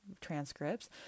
transcripts